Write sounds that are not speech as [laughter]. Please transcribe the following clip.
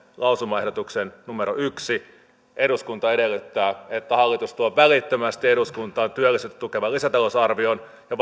lausumaehdotuksen yksi eduskunta edellyttää että hallitus tuo välittömästi eduskuntaan työllisyyttä tukevan lisätalousarvion ja [unintelligible]